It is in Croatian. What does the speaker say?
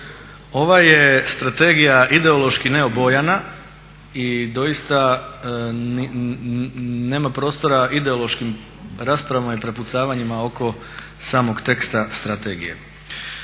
Ova je strategija ideološki neobojana i doista nema prostora ideološkim raspravama i prepucavanjima oko samog teksta strategije.